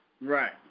Right